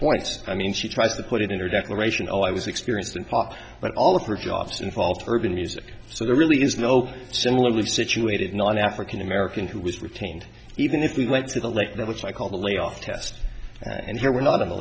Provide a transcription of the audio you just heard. points i mean she tries to put it in her declaration i was experienced in pop but all of her jobs involve urban music so there really is no similarly situated not an african american who was retained even if we went to the lake which i call the layoff test and here we're not on the